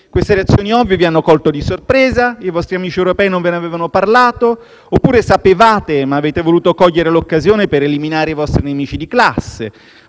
Queste reazioni ovvie vi hanno colto di sorpresa? I vostri amici europei non ve ne avevano parlato? Oppure sapevate, ma avete voluto cogliere l'occasione per eliminare i vostri nemici di classe?